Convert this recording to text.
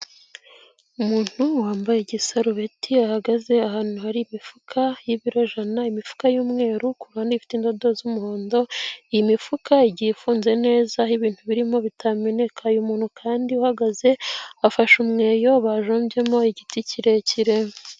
Umuntu wambaye igisarubeti ahagaze ahantu hari imifuka y'ibiro jana, imifuka y'umweru ku ruhande ifite indodo z'umuhondo, iyi mifuka igiye ifunze neza aho ibintu birimo bitameneka, uyu muntu kandi uhagaze afashe umweyo bajombyemo igiti kirekire.